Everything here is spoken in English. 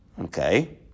Okay